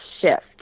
shift